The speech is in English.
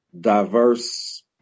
diverse